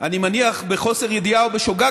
אני מניח בחוסר ידיעה או בשוגג,